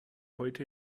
heute